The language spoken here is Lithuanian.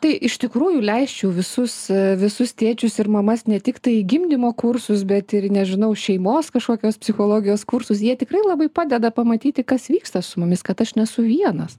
tai iš tikrųjų leisčiau visus visus tėčius ir mamas ne tiktai į gimdymo kursus bet ir į nežinau šeimos kažkokios psichologijos kursus jie tikrai labai padeda pamatyti kas vyksta su mumis kad aš nesu vienas